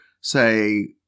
say